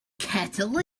kettle